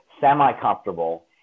semi-comfortable